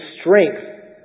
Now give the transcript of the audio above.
strength